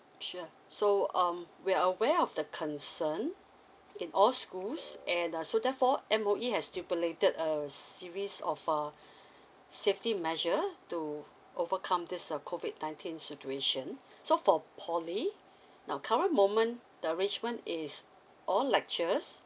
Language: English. sure so um we are aware of the concern in all schools and uh so therefore M_O_E has stipulated a series of a safety measure to overcome this uh COVID nineteen situation so for poly now current moment the arrangement is all lectures